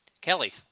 kelly